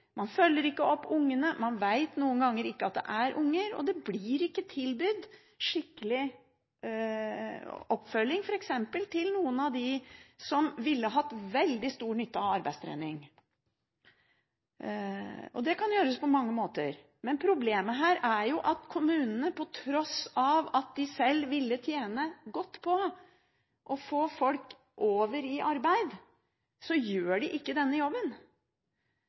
man følger ikke opp ungene – man vet noen ganger ikke at det er unger, og det blir ikke tilbudt skikkelig oppfølging – f.eks. ville noen av dem hatt veldig stor nytte av arbeidstrening. Det kan gjøres på mange måter, men problemet her er at kommunene – på tross av at de selv ville tjene godt på å få folk over i arbeid – ikke gjør denne jobben.